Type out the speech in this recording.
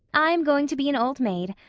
i am going to be an old maid.